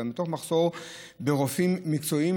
אלא מתוך מחסור ברופאים מקצועיים,